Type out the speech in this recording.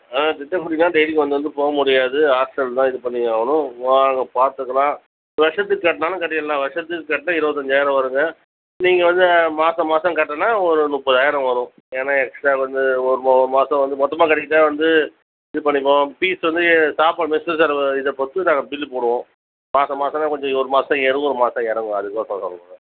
ஆ திட்டக்குடின்னா டெய்லிக்கும் வந்து வந்து போக முடியாது ஹாஸ்டல் தான் இது பண்ணி ஆவணும் வாங்க பார்த்துக்கலாம் வருஷத்துக்கு கட்டினாலும் கட்டிட்லாம் வருஷத்துக்கு கட்டினா இருபத்தஞ்சாயிரம் வருங்க நீங்கள் வந்து மாதம் மாதம் கட்டணுன்னா ஒரு முப்பதாயிரம் வரும் ஏன்னா எக்ஸ்ட்ரா வந்து ஒரு மா ஒரு மாதம் வந்து மொத்தமாக கட்டிவிட்டா வந்து இது பண்ணிக்குவோம் ஃபீஸ் வந்து சாப்பாடு மெஸில் தர இதை பொறுத்து நாங்கள் பில்லு போடுவோம் மாதம் மாதந்தான் கொஞ்சம் ஒரு மாதம் ஏறும் ஒரு மாதம் இறங்கும் அதுக்கு தான் சொல்லுறேன் உங்கள்கிட்ட